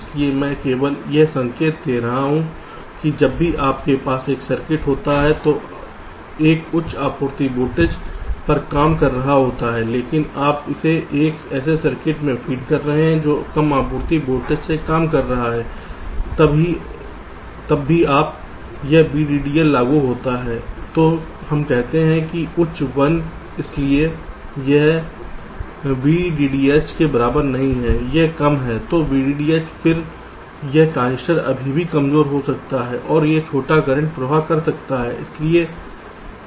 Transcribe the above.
इसलिए मैं केवल यह संकेत दे रहा हूं कि जब भी आपके पास एक सर्किट होता है जो एक उच्च आपूर्ति वोल्टेज पर काम कर रहा होता है लेकिन आप इसे एक ऐसे सर्किट से फीड कर रहे हैं जो कम आपूर्ति वोल्टेज से काम कर रहा था तब भी जब यह VDDL चालू होता है तो हम कहते हैं उच्च 1 इसलिए यह VDDH के बराबर नहीं है यह कम है तो VDDH फिर यह ट्रांजिस्टर अभी भी कमजोर हो सकता है और एक छोटा करंट प्रवाह हो सकता है